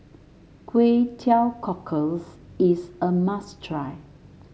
Kway Teow Cockles is a must try